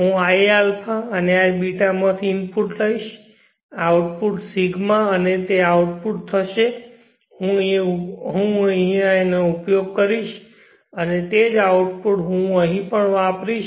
હું iα અને iβ માંથી ઇનપુટ લઈશ આઉટપુટ ρ અને તે આઉટપુટ થશે હું અહીં ઉપયોગ કરીશ અને તે જ આઉટપુટ હું અહીં પણ વાપરીશ